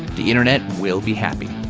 the internet will be happy.